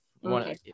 one